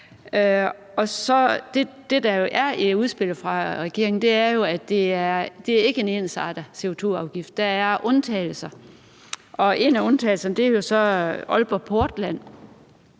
Det, der jo er med udspillet fra regeringen, er, at det ikke er en ensartet CO2-afgift. Der er undtagelser, og en af undtagelserne er så Aalborg Portland.